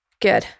Good